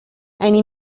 eine